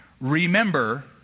Remember